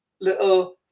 little